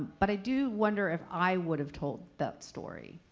but i do wonder if i would have told that story